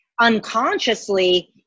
unconsciously